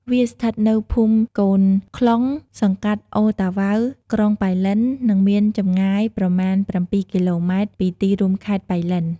វាស្ថិតនៅភូមិកូនខ្លុង សង្កាត់ឣូរតាវ៉ៅ ក្រុងប៉ៃលិន និងមានចម្ងាយប្រមាណ ៧គីឡូម៉ែត្រ ពីទីរួមខេត្តប៉ៃលិន។